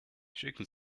schicken